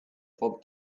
for